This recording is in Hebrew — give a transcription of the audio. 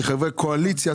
כחברי קואליציה,